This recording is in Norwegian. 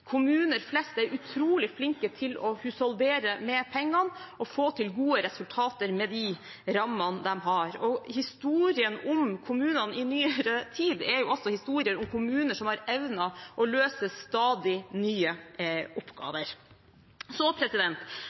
Kommuner flest er utrolig flinke til å husholdere med pengene og få til gode resultater med de rammene de har. Historien om kommunene i nyere tid er jo også historier om kommuner som har evnet å løse stadig nye oppgaver. Så